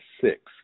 six